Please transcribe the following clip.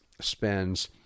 spends